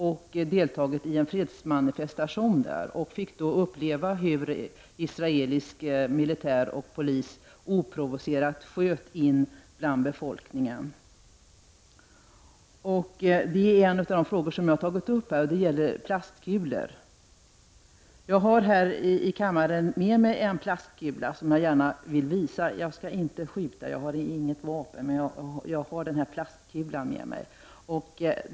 Jag deltog i en fredsmanifestation där och fick då uppleva hur israelisk militär och polis oprovocerat sköt mot befolkningen. En av de frågor som jag har tagit upp här gäller plastkulor. Här i kammaren har jag med mig en plastkula, som jag gärna vill visa. Jag skall inte skjuta. Jag har inget vapen, men jag har denna plastkula med mig.